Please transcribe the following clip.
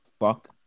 Fuck